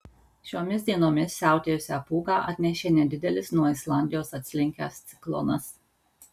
šiomis dienomis siautėjusią pūgą atnešė nedidelis nuo islandijos atslinkęs ciklonas